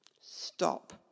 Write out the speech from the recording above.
Stop